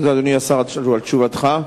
אדוני השר, תודה על תשובתך.